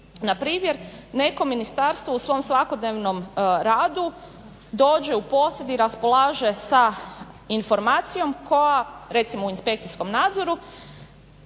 npr. neko ministarstvo u svom svakodnevnom radu dođe u posjed i raspolaže sa informacijom koja recimo u inspekcijskom nadzoru,